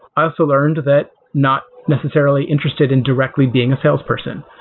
i also learned that not necessarily interested in directly being a salesperson,